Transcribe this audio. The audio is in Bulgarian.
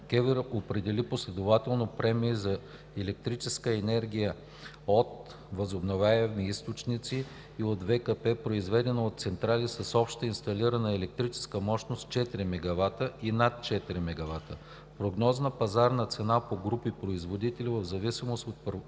регулиране определи последователно премии за електрическата енергия от Възобновяеми източници и от ВЕКП, произведена от централи с обща инсталирана електрическа мощност 4 MW и над 4 MW, прогнозна пазарна цена по групи производители, в зависимост от